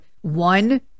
one